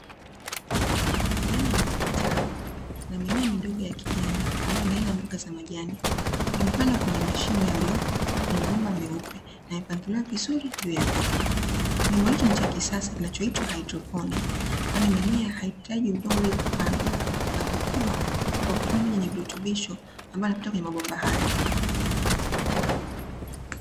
Ndani ya nyumba kitalu kuna mimea midogo ya kijani, ambayo ni aina ya mboga za majani. Imepandwa kwenye mashimo yaliyopo kwenye mabomba meupe na yamepangwa vizuri juu ya vioo. Kilimo hicho ni cha kisasa kinachoitwa "Hydroponic", kwani mimea haihitaji udongo ili kupandwa, na hukua kwa kutumia maji yenye virutubisho ambayo yanapita kwenye mabomba hayo.